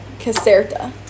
Caserta